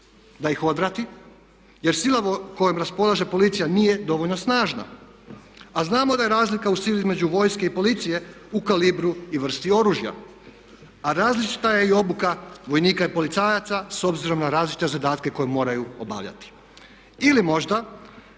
da ih odvrati jer sila kojom raspolaže policija nije dovoljno snažna. A znamo da je razlika u sili između vojske i policije u kalibru i vrsti oružja. A različita je i obuka vojnika i policajaca s obzirom na različite zadatke koje moraju obavljati. Ili možda